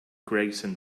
gregson